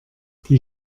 die